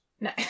no